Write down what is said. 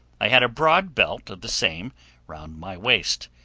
i had a broad belt of the same round my waist,